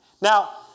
Now